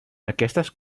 aquestes